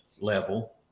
level